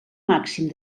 màxim